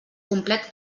complet